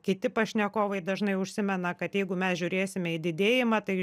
kiti pašnekovai dažnai užsimena kad jeigu mes žiūrėsime į didėjimą tai